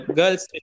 girls